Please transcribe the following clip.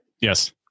Yes